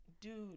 Dude